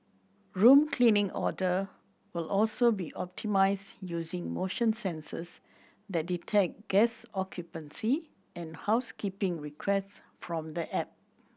room cleaning order will also be optimised using motion sensors that detect guest occupancy and housekeeping requests from the app